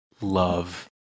love